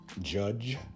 Judge